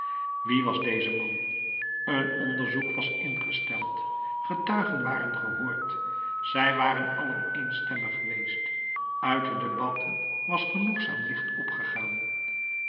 wie was deze man een onderzoek was ingesteld getuigen waren gehoord zij waren allen eenstemmig geweest uit de debatten was genoegzaam licht opgegaan